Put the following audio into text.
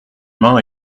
main